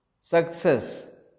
success